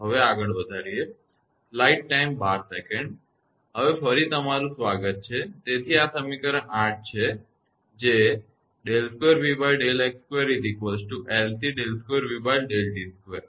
હવે ફરી તમારુ સ્વાગત છે તેથી આ સમીકરણ 8 છે બરાબર